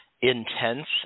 intense